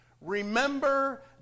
remember